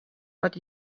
but